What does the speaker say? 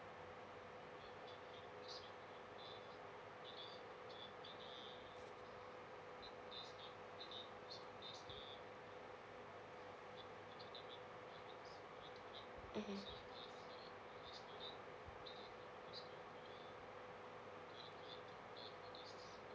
mmhmm